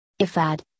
IFAD